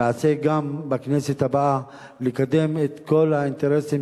ואעשה גם בכנסת הבאה כדי לקדם את כל האינטרסים